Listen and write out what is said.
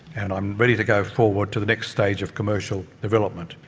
and i'm ready to go forward to the next stage of commercial development.